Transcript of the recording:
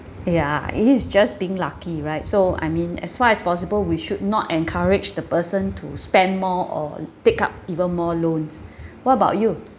ya he's just being lucky right so I mean as far as possible we should not encourage the person to spend more or take up even more loans what about you